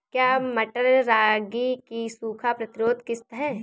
क्या मटर रागी की सूखा प्रतिरोध किश्त है?